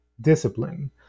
discipline